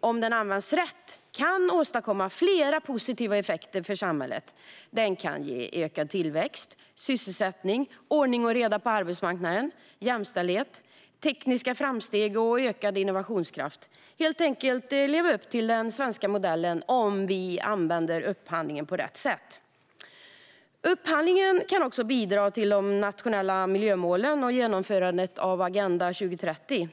om den används rätt, kan åstadkomma flera positiva effekter för samhället. Den kan ge ökad tillväxt, sysselsättning, ordning och reda på arbetsmarknaden, jämställdhet, tekniska framsteg och ökad innovationskraft. Upphandlingen kan helt enkelt leva upp till den svenska modellen om vi använder den på rätt sätt. Upphandlingen kan också bidra till de nationella miljömålen och genomförandet av Agenda 2030.